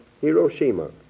Hiroshima